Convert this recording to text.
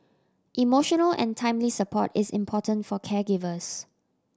emotional and timely support is important for caregivers